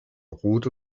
rot